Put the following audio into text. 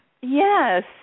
Yes